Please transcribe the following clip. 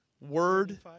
word